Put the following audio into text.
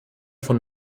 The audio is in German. von